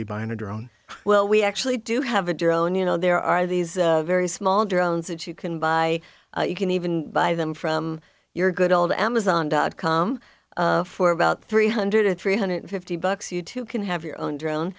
be buying a drone well we actually do have a drone you know there are these very small drones that you can buy you can even buy them from your good old amazon dot com for about three hundred three hundred fifty bucks you too can have your own drone